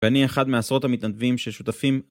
ואני אחד מהעשרות המתנדבים ששותפים.